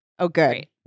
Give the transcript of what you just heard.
Okay